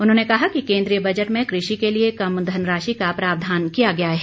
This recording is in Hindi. उन्होंने कहा कि केंद्रीय बजट में कृषि के लिए कम धनराशि का प्रावधान किया गया है